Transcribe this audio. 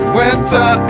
winter